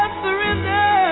surrender